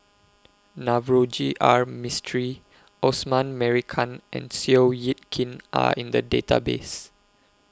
Navroji R Mistri Osman Merican and Seow Yit Kin Are in The Database